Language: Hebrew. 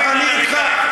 אני אתך.